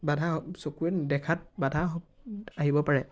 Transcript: বাধা চকুৰে দেখাত বাধা আহিব পাৰে